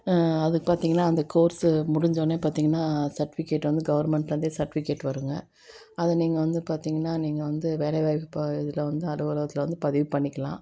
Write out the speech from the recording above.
அது பார்த்தீங்கன்னா அந்த கோர்ஸு முடிஞ்சோன்னே பார்த்தீங்கன்னா சர்ட்டிஃபிகேட் வந்து கவர்மென்ட்லேருந்தே சர்ட்ஃபிகேட் வருங்க அதை நீங்கள் வந்து பார்த்தீங்கன்னா நீங்கள் வந்து வேலை வாய்ப்பு ப இதில் வந்து அலுவலகத்தில் வந்து பதிவு பண்ணிக்கலாம்